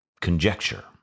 conjecture